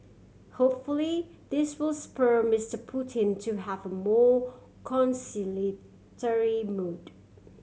hopefully this will spur Mister Putin to have a more conciliatory mood